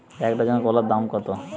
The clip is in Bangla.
এক ডজন কলার দাম কত?